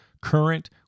current